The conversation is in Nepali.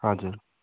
हजुर